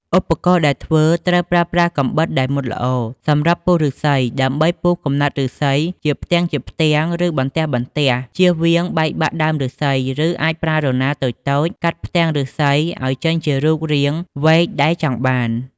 ឧបករណ៍ដែលធ្វើត្រូវប្រើប្រាស់កាំបិតដែលមុតល្អ សម្រាប់ពុះឫស្សីដើម្បីពុះកំណាត់ឫស្សីជាផ្ទាំងៗ ឬបន្ទះៗ ជៀសវាងបែកបាក់ដើមឬស្សី ឬអាចប្រើរណារតូចៗកាត់ផ្ទាំងឫស្សីឱ្យចេញជារូបរាងវែកដែលចង់បាន។